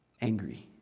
angry